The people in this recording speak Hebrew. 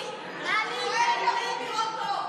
"מי האיש החפץ חיים, אוהב ימים לראות טוב".